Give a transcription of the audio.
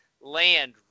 land